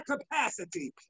capacity